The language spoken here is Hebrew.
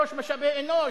ראש משאבי אנוש,